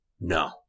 No